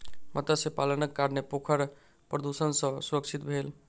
मत्स्य पालनक कारणेँ पोखैर प्रदुषण सॅ सुरक्षित भेल